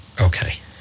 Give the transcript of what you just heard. okay